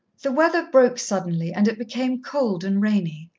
the weather broke suddenly, and it became cold and rainy.